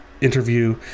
interview